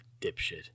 dipshit